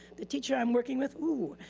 the teacher i'm working with, oh,